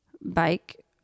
bike